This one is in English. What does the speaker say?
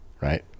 right